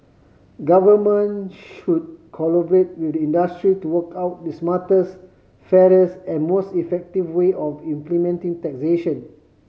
government should collaborate with the industry to work out the smartest fairest and most effective way of implementing taxation